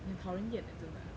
你很讨人厌 eh 真的